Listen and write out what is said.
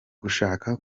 gushaka